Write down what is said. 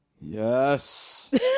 Yes